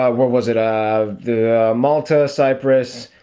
ah what was it ah the malta cyprus?